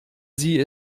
sie